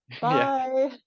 Bye